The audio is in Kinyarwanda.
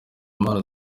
impano